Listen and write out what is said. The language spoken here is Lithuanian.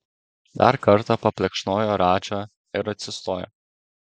dar kartą paplekšnojo radžą ir atsistojo